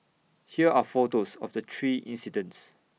here are photos of the three incidents